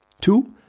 two